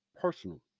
personal